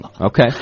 Okay